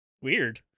Weird